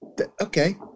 okay